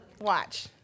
watch